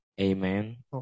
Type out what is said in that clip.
Amen